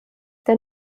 der